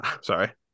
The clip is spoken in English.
Sorry